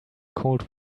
cold